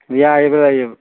ꯌꯥꯏꯌꯦꯕ ꯂꯩꯌꯦꯕ